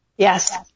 Yes